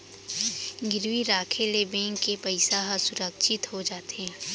गिरवी राखे ले बेंक के पइसा ह सुरक्छित हो जाथे